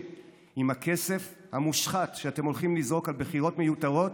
עם הכסף המושחת שאתם הולכים לזרוק על בחירות מיותרות,